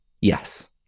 yes